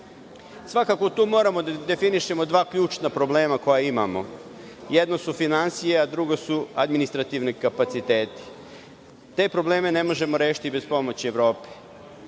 tu moramo da definišemo dva ključna problema koja imamo. Jedno su finansije, a drugo su administrativni kapaciteti. Te probleme ne možemo rešiti bez pomoći Evrope.